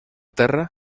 terra